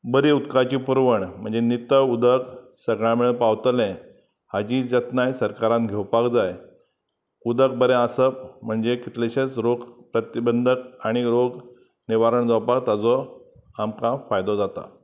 बरी उदकाची पुरवण म्हणजे नितळ उदक सगळ्या मळे पावतलें हाची जतनाय सरकारान घेवपाक जाय उदक बरें आसप म्हणजे कितलेशेच रोग प्रतिबंदक आनी रोग निवारण जावपाक ताजो आमकां फायदो जाता